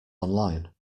online